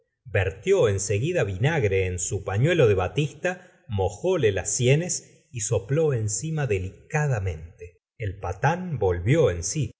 vertió en seguida vinagre la señora de bovary en su pañuelo de batista mojóle las sienes y sopló encima delicadamente el patán volvió en si